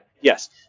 yes